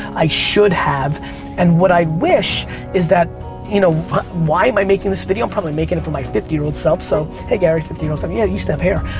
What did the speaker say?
i should have and what i'd wish is that you know why am i making this video? i'm probably making it for my fifty year-old self so hey gary, fifty year-old self. yeah, you used to have hair.